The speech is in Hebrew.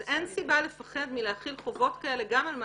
אז אין סיבה לפחד מלהחיל חובות כאלה גם על המעסיקים,